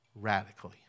radically